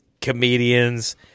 comedians